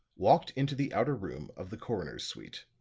walked into the outer room of the coroner's suite.